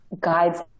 guides